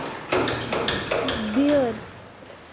بیٲر